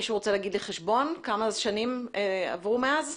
מישהו רוצה לעשות חשבון כמה שנים עברו מאז?